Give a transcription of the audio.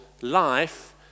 life